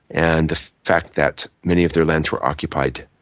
and the fact that many of their lands were occupied,